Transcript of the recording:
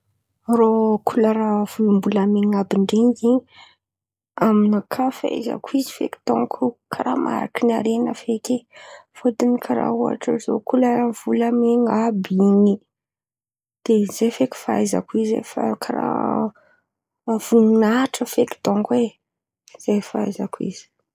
Reô kolera volombolamen̈a àby ren̈y zen̈y amy nakà fahaizako izy feky dônko karàha mariky ny haren̈a feky e fôtiny karàha ohatra ziô kolera volamen̈a àby in̈y, de zay feky fahaizako izy e! Fa karàha vonin̈ahitra feky dônko e! Zay fahaizako izy.